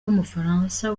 w’umufaransa